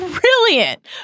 brilliant